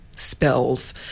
spells